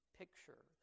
picture